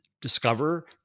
Discover